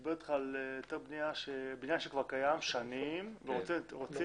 מדבר אתך על בניין שכבר קיים שנים ורוצים